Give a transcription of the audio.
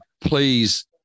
please